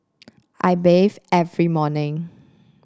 I bathe every morning